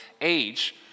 age